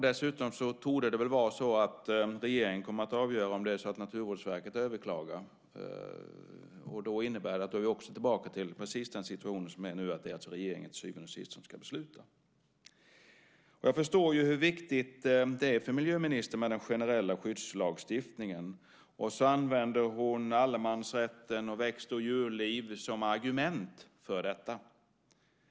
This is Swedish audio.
Dessutom torde det vara så att regeringen kommer att avgöra om Naturvårdsverket överklagar. Det innebär att vi är tillbaka till precis den situation som vi har nu; det är regeringen som till syvende och sist ska besluta. Jag förstår hur viktig den generella skyddslagstiftningen är för miljöministern. Hon använder allemansrätten och växt och djurliv som argument för detta.